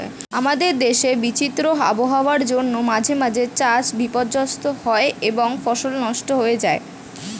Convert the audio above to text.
আমাদের দেশে বিচিত্র আবহাওয়ার জন্য মাঝে মাঝে চাষ বিপর্যস্ত হয় এবং ফসল নষ্ট হয়ে যায়